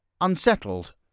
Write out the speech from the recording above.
unsettled